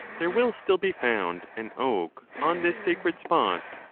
there will still be found an oak on this sacred spot,